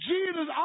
Jesus